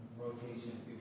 rotation